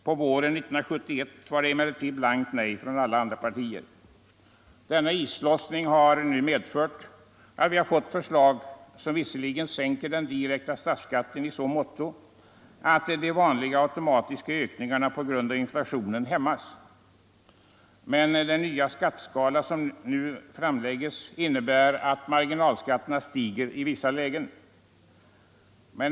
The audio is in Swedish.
På våren 1971 var det emellertid blankt nej från alla andra partier. Denna islossning har nu medfört att vi har fått ett förslag som visserligen sänker den direkta statsskatten i så måtto att de vanliga automatiska ökningarna på grund av inflationen hämmas. Men den nya skatteskala som nu framläggs innebär att marginalskatterna stiger i vissa lägen.